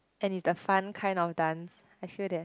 and is the fun kind of dance I feel that